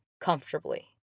comfortably